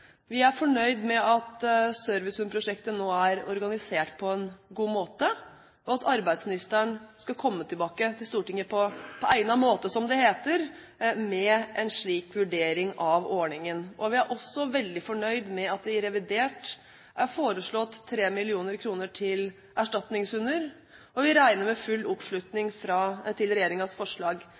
Vi er fornøyd med at servicehundprosjektet nå er organisert på en god måte, og at arbeidsministeren skal komme tilbake til Stortinget på egnet måte, som det heter, med en slik vurdering av ordningen. Vi er også veldig fornøyd med at det i revidert er foreslått 3 mill. kr til erstatningshunder, og vi regner med full oppslutning om regjeringens forslag